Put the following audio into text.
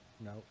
no